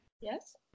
Yes